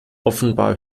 offenbar